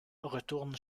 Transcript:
retourne